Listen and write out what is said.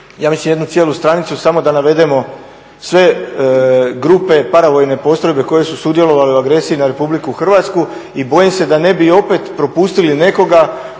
ja mislim jednu cijelu stranicu samo da navedemo sve grupe, paravojne postrojbe koje su sudjelovale u agresiji na Republiku Hrvatsku i bojim se da ne bi opet propustili nekoga.